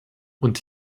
und